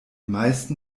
meisten